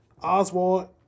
Oswald